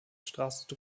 straße